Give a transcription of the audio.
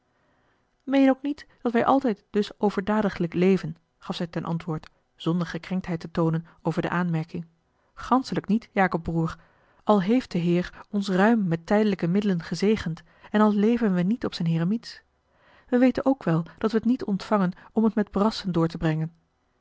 meen ook niet dat wij altijd dus overdadiglijk leven gaf zij ten antwoord zonder gekrenktheid te toonen over de aanmerking ganschelijk niet jacob broêr al heeft de heer ons a l g bosboom-toussaint de delftsche wonderdokter eel ruim met tijdelijke middelen gezegend en al leven we niet op z'n heremiets wij weten ook wel dat we t niet ontvangen om het met brassen door te brengen